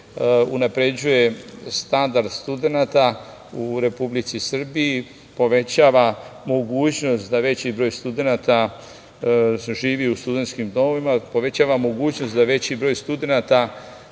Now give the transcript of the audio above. unapređuje standard studenata u Republici Srbiji, povećava mogućnost da veći broj studenata živi u studentskim domovima, povećava mogućnost da veći broj studenata